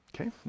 Okay